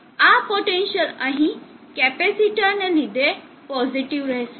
આ પોટેન્સિઅલ અહીં કેપેસીટર ને લીધે પોઝિટીવ રહેશે